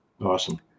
Awesome